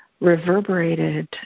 reverberated